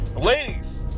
ladies